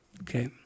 okay